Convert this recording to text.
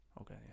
Okay